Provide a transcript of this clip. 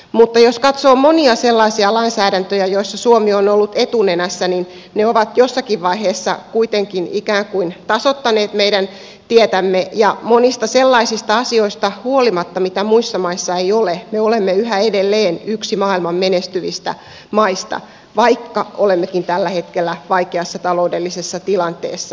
mutta jos katsoo monia sellaisia lainsäädäntöjä joissa suomi on ollut etunenässä niin ne ovat jossakin vaiheessa kuitenkin ikään kuin tasoittaneet meidän tietämme ja monista sellaisista asioista huolimatta mitä muissa maissa ei ole me olemme yhä edelleen yksi maailman menestyvistä maista vaikka olemmekin tällä hetkellä vaikeassa taloudellisessa tilanteessa